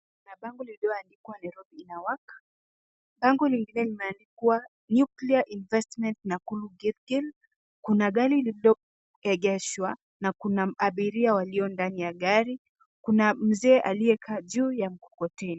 Kuna bango lililoandikwa Nairobi ina work . Bango lingine limeandikwa nuclear investment Nakuru- Gilgil . Kuna gari lililoegeshwa na kuna abiria walio ndani ya gari. Kuna mzee aliyekaa juu ya mkokoteni.